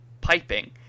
piping